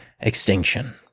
extinction